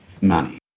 money